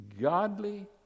Godly